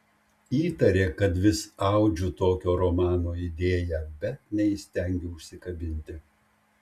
įtarė kad vis audžiu tokio romano idėją bet neįstengiu užsikabinti